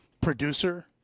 producer